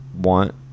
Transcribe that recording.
want